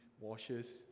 washes